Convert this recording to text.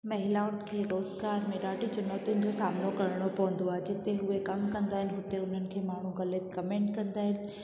महिलाउनि खे रोज़गार में ॾाढियुनि चुनौतियुनि जो सामनो करिणो पवंदो आहे जिते उहे कमु कंदा आहिनि हुते उन्हनि खे माण्हू ग़लति कमेंट कंदा आहिनि